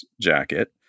jacket